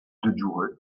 digoret